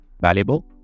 valuable